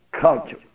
culture